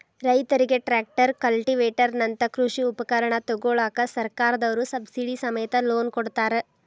ರೈತರಿಗೆ tractor, cultivator ನಂತ ಕೃಷಿ ಉಪಕರಣ ತೊಗೋಳಾಕ ಸರ್ಕಾರದವ್ರು ಸಬ್ಸಿಡಿ ಸಮೇತ ಲೋನ್ ಕೊಡ್ತಾರ